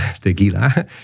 tequila